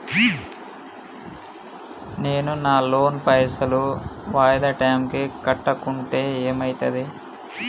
నేను నా లోన్ పైసల్ వాయిదా టైం కి కట్టకుంటే ఏమైతది?